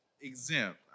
exempt